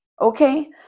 Okay